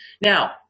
Now